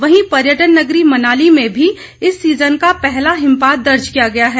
वहीं पर्यटन नगरी मनाली में भी इस सीजन का पहला हिमपात दर्ज किया गया है